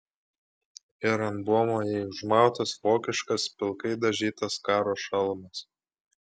ir ant buomo jai užmautas vokiškas pilkai dažytas karo šalmas